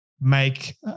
make